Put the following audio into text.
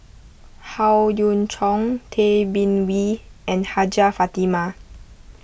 Howe Yoon Chong Tay Bin Wee and Hajjah Fatimah